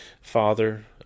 Father